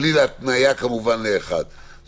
בלי התניה כמובן אחד לגבי השני.